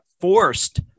forced